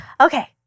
Okay